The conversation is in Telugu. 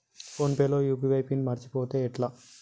ఫోన్ పే లో యూ.పీ.ఐ పిన్ మరచిపోతే ఎట్లా?